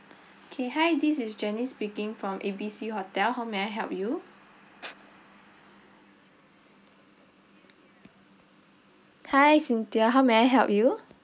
K hi this is janice speaking from A B C hotel how may I help you hi cynthia how may I help you